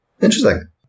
Interesting